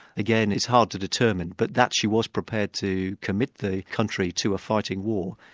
again is hard to determine, but that she was prepared to commit the country to a fighting war,